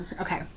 Okay